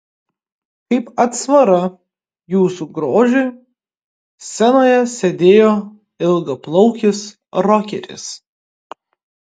kaip atsvara jūsų grožiui scenoje sėdėjo ilgaplaukis rokeris